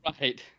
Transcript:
Right